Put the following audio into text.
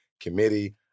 Committee